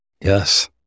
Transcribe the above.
Yes